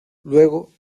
luego